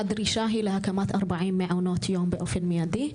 הדרישה היא להקמת 40 מעונות יום באופן מיידי.